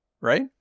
right